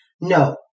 No